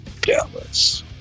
Dallas